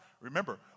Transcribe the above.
Remember